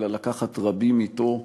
אלא לקחת רבים אתו,